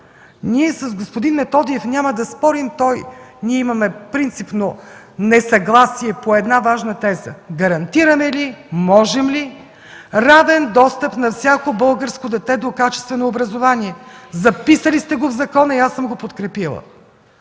С господин Методиев няма да спорим. Ние имаме принципно несъгласие по една важна теза – гарантираме ли, можем ли, равен достъп на всяко българско дете до качествено образование? Записали сте го в закона и аз съм го подкрепила.